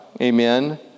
amen